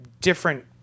different